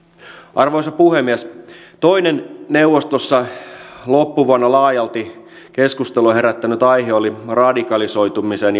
arvoisa puhemies toinen neuvostossa loppuvuonna laajalti keskustelua herättänyt aihe oli radikalisoitumisen